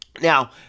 Now